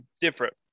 Different